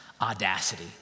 audacity